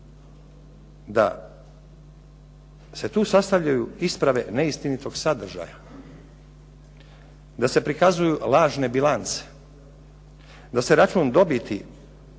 da se tu sastavljaju isprave neistinitog sadržaja, da se prikazuju lažne bilance, da se račun dobiti